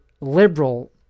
liberal